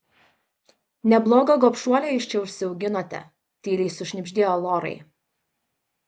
neblogą gobšuolę jūs čia užsiauginote tyliai sušnibždėjo lorai